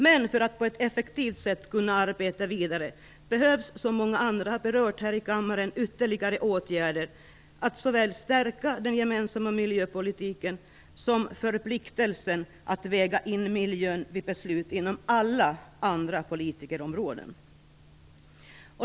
Men för att vi på ett effektivt sätt skall kunna arbeta vidare behövs, som många andra har påpekat i debatten, ytterligare åtgärder. Det handlar såväl om att stärka den gemensamma miljöpolitiken som om förpliktelsen att väga in miljön vid beslut inom alla andra politikområden.